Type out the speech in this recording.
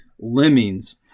Lemmings